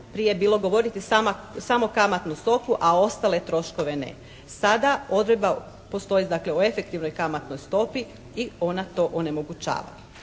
prije bilo govoriti samo kamatnu stopu a ostale troškove ne. Sada odredba postoji dakle, o efektivnoj kamatnoj stopi i ona to onemogućava.